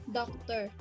doctor